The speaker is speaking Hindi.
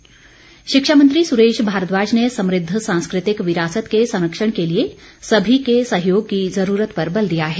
भारद्वाज शिक्षा मंत्री स्रेश भारद्वाज ने समुद्ध सांस्कृतिक विरासत के संरक्षण के लिए सभी के सहयोग की जरूरत पर बल दिया है